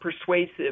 persuasive